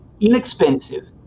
inexpensive